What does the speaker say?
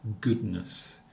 goodness